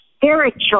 spiritual